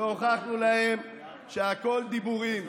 והוכחנו להם שהכול דיבורים,